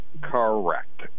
Correct